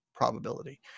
probability